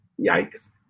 yikes